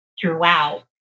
throughout